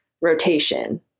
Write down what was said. rotation